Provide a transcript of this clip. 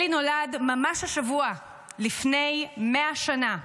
אלי נולד ממש השבוע לפני 100 שנה.